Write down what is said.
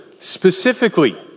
specifically